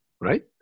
right